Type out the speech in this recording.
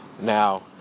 Now